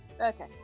Okay